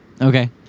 Okay